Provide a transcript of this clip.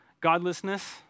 godlessness